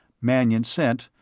mannion sent,